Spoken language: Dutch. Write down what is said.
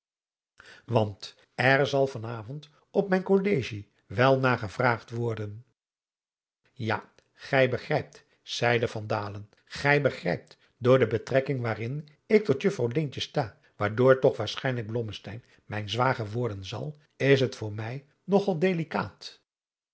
want er zal van avond op mijn kollegie wel naar gevraagd worden ja gij begrijpt zeide van dalen gij begrijpt door de betrekking waarin ik tot juffrouw leentje sta waardoor toch waarschijnlijk blommesteyn mijn zwager worden zal is het voor mij nog al delikaat